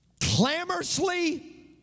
clamorously